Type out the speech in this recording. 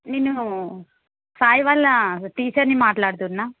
నేను సాయి వాళ్ళ టీచర్ని మాట్లాడుతున్నా